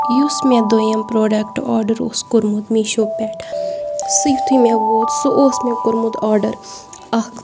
یُس مےٚ دوٚیِم پرٛوڈَکٹ آرڈر اوس کوٚرمُت میٖشو پٮ۪ٹھ سُہ یُتھٕے مےٚ ووت سُہ اوس مےٚ کوٚرمُت آرڈر اَکھ